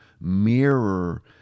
mirror